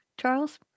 Charles